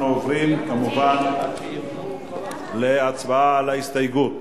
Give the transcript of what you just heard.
אנחנו עוברים כמובן להצבעה על ההסתייגות.